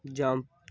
jump